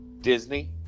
Disney